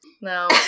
No